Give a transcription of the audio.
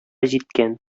җиткән